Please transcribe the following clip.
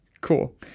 Cool